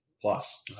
plus